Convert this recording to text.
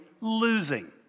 losing